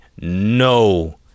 no